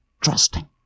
trusting